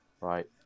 right